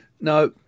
Now